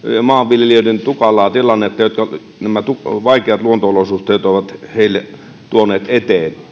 maanviljelijöiden tukalaa tilannetta jonka nämä vaikeat luonto olosuhteet ovat heille tuoneet eteen